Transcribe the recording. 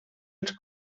els